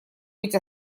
быть